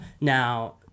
Now